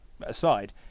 aside